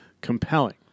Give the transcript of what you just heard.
compelling